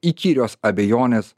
įkyrios abejonės